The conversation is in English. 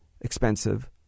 expensive